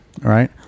Right